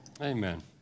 amen